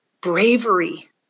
bravery